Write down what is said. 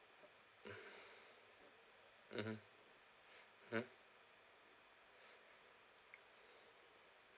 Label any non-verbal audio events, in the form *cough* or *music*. *breath* mmhmm *breath* hmm *breath*